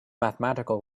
mathematical